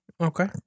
Okay